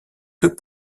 deux